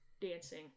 dancing